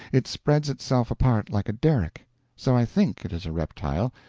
it spreads itself apart like a derrick so i think it is a reptile,